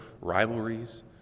rivalries